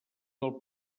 del